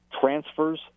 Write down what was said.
transfers